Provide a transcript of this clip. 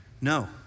No